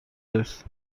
this